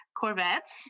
Corvettes